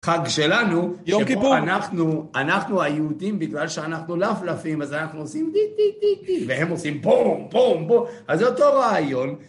חג שלנו, יום כיפור, אנחנו היהודים, בגלל שאנחנו לפלפים, אז אנחנו עושים די די די די, והם עושים בום בום בום, אז זה אותו רעיון.